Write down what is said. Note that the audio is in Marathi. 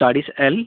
चाळीस एल